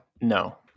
no